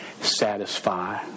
satisfy